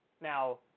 Now